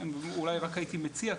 אולי רק הייתי מציע,